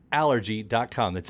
allergy.com